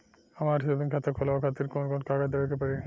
हमार सेविंग खाता खोलवावे खातिर कौन कौन कागज देवे के पड़ी?